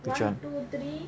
which one